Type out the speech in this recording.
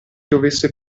dovesse